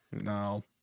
No